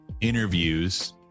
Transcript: interviews